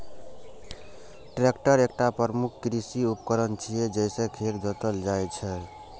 tractor एकटा प्रमुख कृषि उपकरण छियै, जइसे खेत जोतल जाइ छै